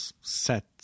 set